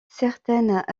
certaines